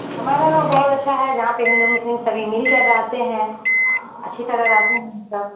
ہمارا گاؤں بہت اچھا ہے جہاں پہ ہندو مسلم سبھی مل کر رہتے ہیں اچھی طرح رہتے ہیں ہم سب